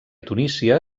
tunísia